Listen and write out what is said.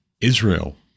Israel